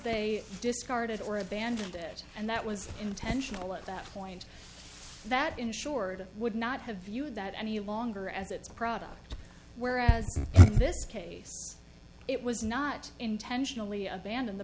they discarded or abandoned it and that was intentional at that point that insured would not have viewed that any longer as its product whereas this case it was not intentionally abandon the